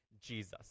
Jesus